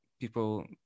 people